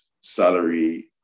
salary